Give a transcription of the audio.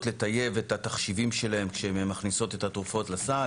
לטייב את התחשיבים שלהן כשהן מכניסות את התרופות לסל.